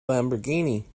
lamborghini